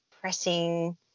pressing